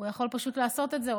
הוא יכול פשוט לעשות את זה,